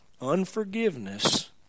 Unforgiveness